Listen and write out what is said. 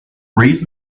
raise